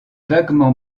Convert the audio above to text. vaguement